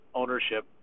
ownership